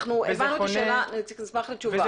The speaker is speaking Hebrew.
אנחנו הבנו את השאלה, נשמח לתשובה.